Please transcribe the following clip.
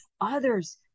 others